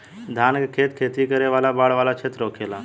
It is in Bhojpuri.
धान के खेत खेती करे वाला बाढ़ वाला क्षेत्र होखेला